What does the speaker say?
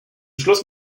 schluss